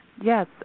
Yes